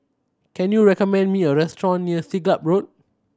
can you recommend me a restaurant near Siglap Road